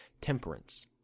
temperance